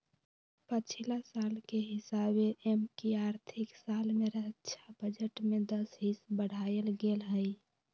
पछिला साल के हिसाबे एमकि आर्थिक साल में रक्षा बजट में दस हिस बढ़ायल गेल हइ